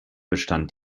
bestand